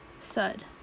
Sud